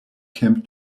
camp